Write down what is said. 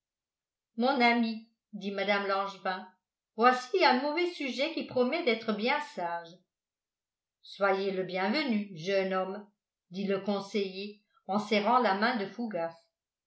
mon ami dit mme langevin voici un mauvais sujet qui promet d'être bien sage soyez le bienvenu jeune homme dit le conseiller en serrant la main de fougas